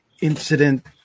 incident